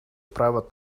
private